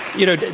you know,